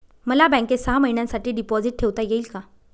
मला बँकेत सहा महिन्यांसाठी डिपॉझिट ठेवता येईल का?